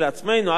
עד כדי כך,